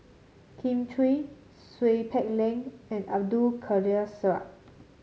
Kin Chui Seow Peck Leng and Abdul Kadir Syed